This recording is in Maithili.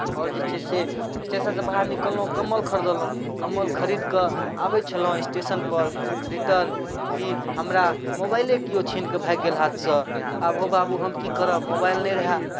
आओर जे छै से स्टेशनसँ बाहर निकललहुँ कम्बल खरीदलहुँ कम्बल खरीद कऽ आबै छलहुँ स्टेशनपर रिटर्न कि हमरा मोबाइले किओ छीनि कऽ भागि गेल हाथसँ आब हौ बाबू हम की करब मोबाइल नहि रहय